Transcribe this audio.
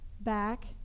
back